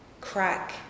crack